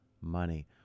money